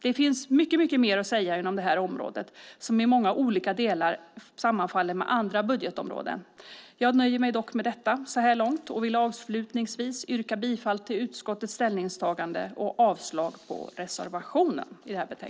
Det finns mycket mer att säga inom detta område som i många delar sammanfaller med andra budgetområden. Jag nöjer mig dock med detta och vill avslutningsvis yrka bifall till utskottets ställningstagande och avslag på reservationen.